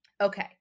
Okay